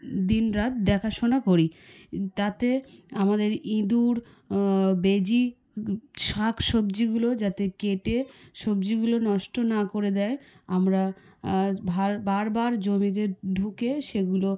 দিন রাত দেখাশোনা করি তাতে আমাদের ইঁদুর বেজি শাক সবজিগুলো যাতে কেটে সবজিগুলো নষ্ট না করে দেয় আমরা বারবার জমিতে ঢুকে সেগুলো